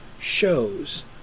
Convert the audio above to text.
shows